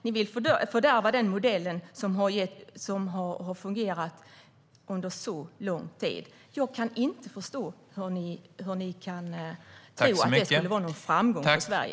Ni vill fördärva den modellen som har fungerat under så lång tid. Jag förstår inte hur ni kan tro att det skulle innebära någon framgång för Sverige.